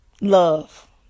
Love